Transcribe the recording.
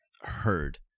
heard